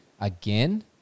again